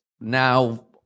now